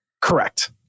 Correct